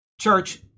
church